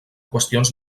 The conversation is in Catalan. qüestions